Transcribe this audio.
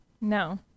No